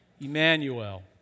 Emmanuel